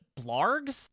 Blargs